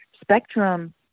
Spectrum